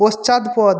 পশ্চাৎপদ